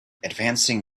advancing